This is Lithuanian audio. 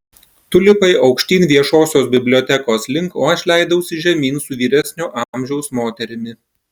tu lipai aukštyn viešosios bibliotekos link o aš leidausi žemyn su vyresnio amžiaus moterimi